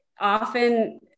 Often